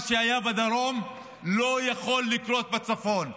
מה שהיה בדרום לא יכול לקרות בצפון,